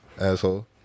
Asshole